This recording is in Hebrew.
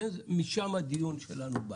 משם הדיון שלנו בא.